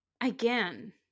again